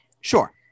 Sure